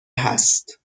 هست